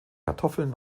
kartoffeln